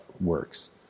works